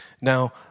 Now